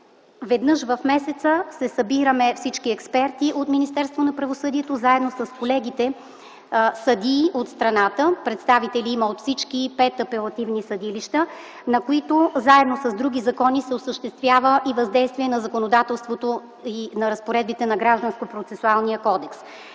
веднъж в месеца се събираме всички експерти от Министерството на правосъдието заедно с колегите съдии от страната - има представители от всички пет апелативни съдилища. Тогава, заедно с други закони, се осъществява и въздействие на законодателството и на разпоредбите на Гражданския процесуален кодекс.